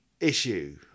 issue